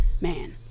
man